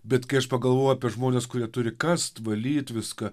bet kai aš pagalvoju apie žmones kurie turi kast valyt viską